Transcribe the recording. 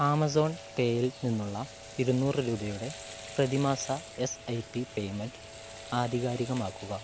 Amazon പേയിൽ നിന്നുള്ള ഇരുനൂറ് രൂപയുടെ പ്രതിമാസ എസ് ഐ പി പേയ്മെന്റ് ആധികാരികമാക്കുക